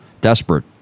desperate